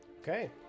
okay